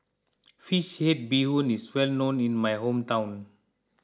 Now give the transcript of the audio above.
Fish Head Bee Hoon is well known in my hometown